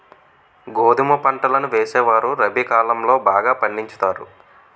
గోధుమ పంటలను వేసేవారు రబి కాలం లో బాగా పండించుతారు